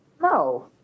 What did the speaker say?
no